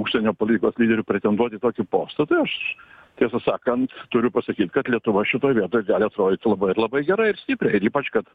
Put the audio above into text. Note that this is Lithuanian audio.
užsienio politikos lyderių pretenduoti į tokį postą tai aš tiesą sakant turiu pasakyt kad lietuva šitoj vietoj gali atrodyt labai labai gerai ir stipriai ir ypač kad